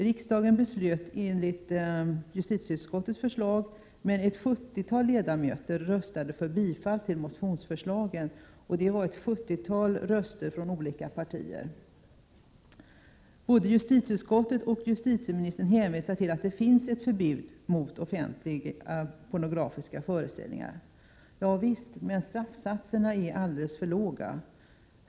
Riksdagen beslöt enligt justitieutskottets förslag, men ett sjuttiotal ledamöter röstade för bifall till motionsförslagen. Det var ett sjuttiotal röster från olika partier. Både justitieutskottet och justitieministern hänvisar till att det finns ett förbud mot offentliga pornografiska föreställningar. Visst, men straffsatserna är alldeles för låga.